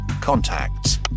contacts